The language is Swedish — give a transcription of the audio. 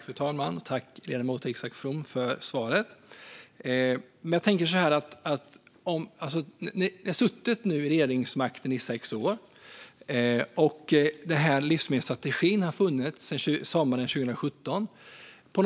Fru talman! Tack, ledamoten Isak From, för svaret! Ni har nu haft regeringsmakten i sex år, och livsmedelsstrategin har funnits sedan sommaren 2017.